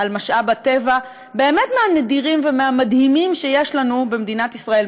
על משאב הטבע מהנדירים ומהמדהימים שיש לנו במדינת ישראל,